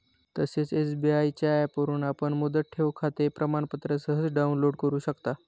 तसेच एस.बी.आय च्या ऍपवरून आपण मुदत ठेवखाते प्रमाणपत्र सहज डाउनलोड करु शकता